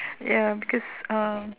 ya because um